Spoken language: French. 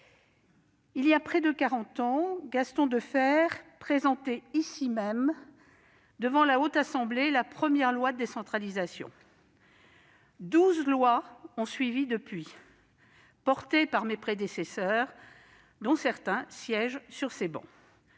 il y a près de quarante ans, Gaston Defferre présentait ici même, devant la Haute Assemblée, la première loi de décentralisation. Douze lois ont suivi depuis, défendues par mes prédécesseurs, dont certains siègent sur ces travées